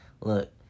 look